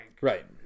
Right